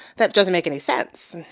that doesn't make any sense.